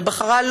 ובחרה,